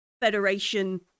Federation